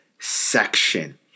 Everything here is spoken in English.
section